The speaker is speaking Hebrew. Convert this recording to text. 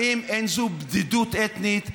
האם אין זו בדידות אתנית?